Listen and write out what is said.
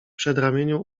przedramieniu